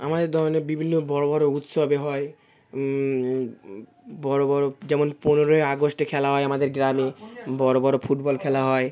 আমাদের ধরো না বিভিন্ন বড়ো বড়ো উৎসবে হয় বড়ো বড়ো যেমন পনেরোই আগস্টে খেলা হয় আমাদের গ্রামে বড়ো বড়ো ফুটবল খেলা হয়